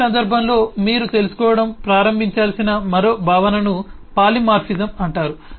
typing సందర్భంలో మీరు తెలుసుకోవడం ప్రారంభించాల్సిన మరో భావనను పాలిమార్ఫిజం అంటారు